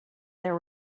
there